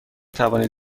توانید